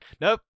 Nope